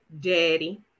daddy